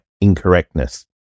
incorrectness